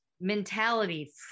mentality